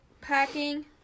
packing